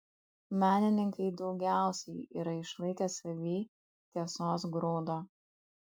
menininkai daugiausiai yra išlaikę savyj tiesos grūdo